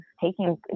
taking